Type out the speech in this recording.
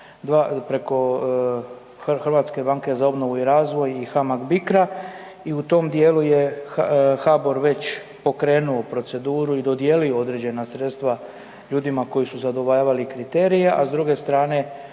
provode preko 2, preko HBOR-a i HAMAG Bicra i u tom dijelu je HBOR već pokrenuo proceduru i dodijelio određena sredstva ljudima koji su zadovoljavali kriterije, a s druge strane,